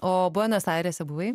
o buenos airėse buvai